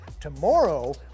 Tomorrow